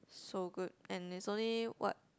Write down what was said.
so good and it's only what